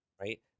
right